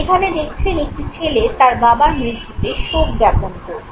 এখানে দেখছেন একটি ছেলে তার বাবার মৃত্যুতে শোক জ্ঞাপন করছে